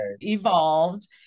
evolved